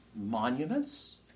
monuments